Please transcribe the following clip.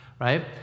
right